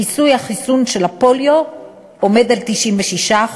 כיסוי החיסון של הפוליו עומד על 96%,